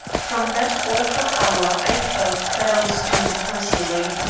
from that awful hour i felt that i was doomed personally.